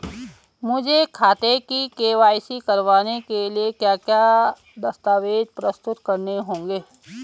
मुझे खाते की के.वाई.सी करवाने के लिए क्या क्या दस्तावेज़ प्रस्तुत करने होंगे?